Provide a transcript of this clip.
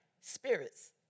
spirits